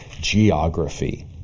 geography